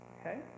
okay